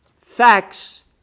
facts